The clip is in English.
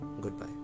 goodbye